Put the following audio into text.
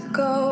go